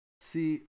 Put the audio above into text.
See